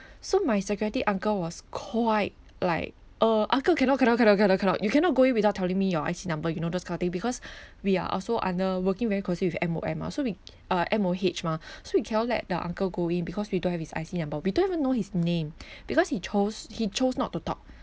so my security uncle was quite like uh uncle cannot cannot cannot cannot cannot you cannot go without telling me your I_C number you know those kind of thing because we are also under working very closely with M_O_M mah so we uh M_O_H mah so we cannot let the uncle go in because we don't have his I_C number we don't even know his name because he chose he chose not to talk